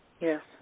Yes